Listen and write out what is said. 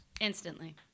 Instantly